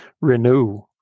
renew